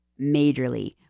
majorly